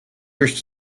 wish